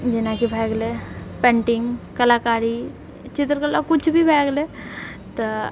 जेनाकि भए गेलै पेन्टिङ्ग कलाकारी चित्रकला किछु भी भए गेलै तऽ